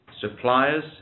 suppliers